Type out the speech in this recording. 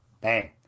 Bang